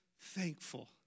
thankful